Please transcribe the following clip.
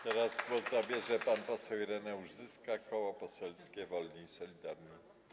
Teraz głos zabierze pan poseł Ireneusz Zyska, Koło Poselskie Wolni i Solidarni.